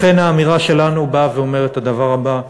לכן האמירה שלנו באה ואומרת את הדבר הבא,